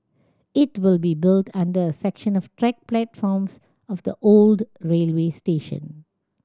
it will be built under a section of track platforms of the old railway station